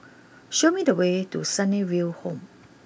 show me the way to Sunnyville Home